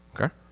Okay